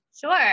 sure